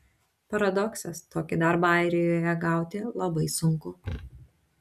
paradoksas tokį darbą airijoje gauti labai sunku